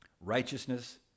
Righteousness